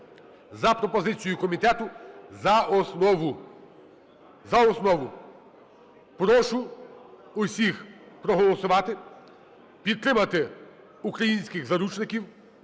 за пропозицією комітет за основу, за основу. Прошу всіх проголосувати, підтримати українських заручників,